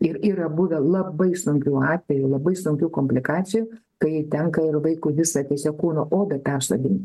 ir yra buvę labai sunkių atvejų labai sankių komplikacijų kai tenka ir vaikui visą tiesiog kūno odą persodint